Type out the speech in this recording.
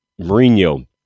Mourinho